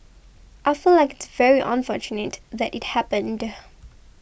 I feel like it's very unfortunate that it happened